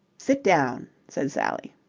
sit down, said sally.